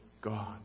God